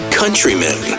countrymen